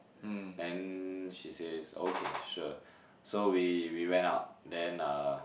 then she says okay sure so we we went out then uh